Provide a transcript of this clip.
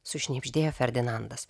sušnibždėjo ferdinandas